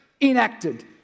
enacted